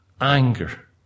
anger